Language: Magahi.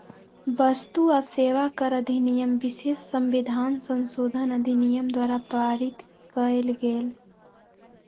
वस्तु आ सेवा कर अधिनियम विशेष संविधान संशोधन अधिनियम द्वारा पारित कएल गेल